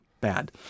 bad